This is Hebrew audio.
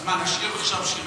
אז מה, נשיר עכשיו שירים?